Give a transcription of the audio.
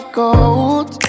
gold